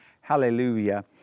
Hallelujah